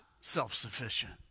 self-sufficient